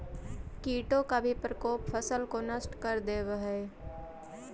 कीटों का भी प्रकोप फसल को नष्ट कर देवअ हई